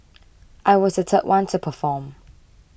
I was the third one to perform